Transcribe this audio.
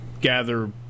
gather